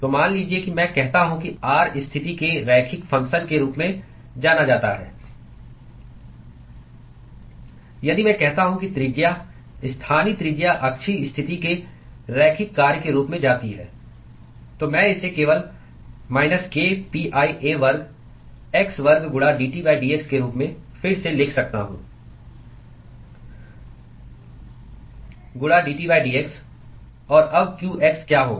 तो मान लीजिए कि मैं कहता हूं कि r स्थिति के रैखिक फ़ंक्शन के रूप में जाता है यदि मैं कहता हूं कि त्रिज्या स्थानीय त्रिज्या अक्षीय स्थिति के रैखिक कार्य के रूप में जाती है तो मैं इसे केवल माइनस k pi a वर्ग x वर्ग गुणा dT dx के रूप में फिर से लिख सकता हूं गुणा dT dx और अब qx क्या होगा